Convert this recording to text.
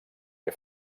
que